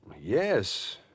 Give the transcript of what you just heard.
Yes